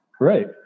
Right